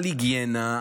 על היגיינה.